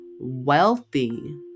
wealthy